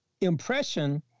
impression